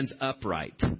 upright